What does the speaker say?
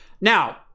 Now